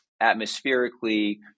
atmospherically